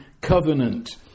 covenant